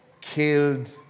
killed